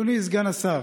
זו שאלה.